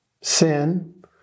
sin